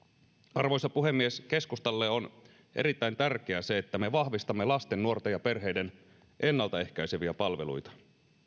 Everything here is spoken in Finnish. arvoisa puhemies keskustalle on erittäin tärkeää se että me vahvistamme lasten nuorten ja perheiden ennaltaehkäiseviä palveluita